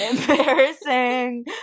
embarrassing